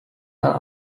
are